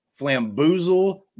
Flamboozle